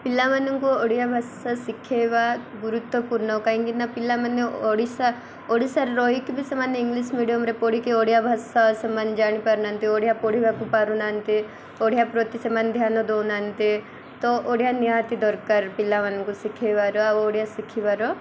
ପିଲାମାନଙ୍କୁ ଓଡ଼ିଆ ଭାଷା ଶିଖେଇବା ଗୁରୁତ୍ୱପୂର୍ଣ୍ଣ କାହିଁକି ନା ପିଲାମାନେ ଓଡ଼ିଶା ଓଡ଼ିଶାରେ ରହିକି ବି ସେମାନେ ଇଂଲିଶ ମିଡ଼ିୟମରେ ପଢ଼ିକି ଓଡ଼ିଆ ଭାଷା ସେମାନେ ଜାଣିପାରୁନାହାନ୍ତି ଓଡ଼ିଆ ପଢ଼ିବାକୁ ପାରୁନାହାନ୍ତି ଓଡ଼ିଆ ପ୍ରତି ସେମାନେ ଧ୍ୟାନ ଦଉନାହାନ୍ତି ତ ଓଡ଼ିଆ ନିହାତି ଦରକାର ପିଲାମାନଙ୍କୁ ଶିଖେଇବାର ଆଉ ଓଡ଼ିଆ ଶିଖିବାର